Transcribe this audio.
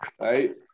Right